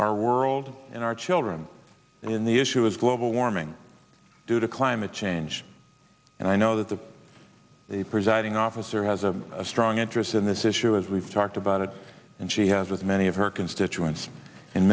our world and our children and in the issue is global warming due to climate change and i know that the the presiding officer has a strong interest in this issue as we've talked about it and she has with many of her constituents in